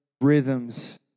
rhythms